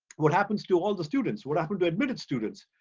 what happens to all the students? what happens to admitted students?